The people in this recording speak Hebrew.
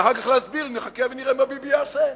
ואחר כך להסביר, נחכה ונראה מה ביבי יעשה,